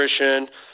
Nutrition